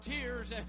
tears